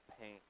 pain